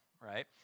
right